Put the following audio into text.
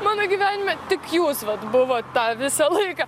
mano gyvenime tik jūs vat buvot tą visą laiką